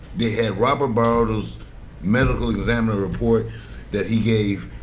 they had robert bayardo's medical examiner report that he gave,